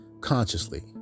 consciously